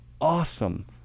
awesome